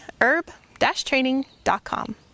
herb-training.com